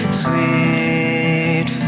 sweet